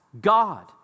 God